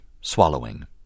swallowing